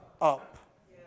up